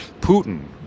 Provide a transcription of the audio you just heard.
Putin